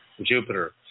Jupiter